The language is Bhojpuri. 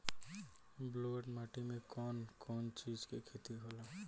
ब्लुअट माटी में कौन कौनचीज के खेती होला?